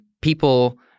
people